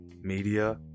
media